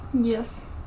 Yes